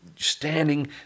standing